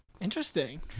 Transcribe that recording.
Interesting